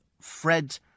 Fred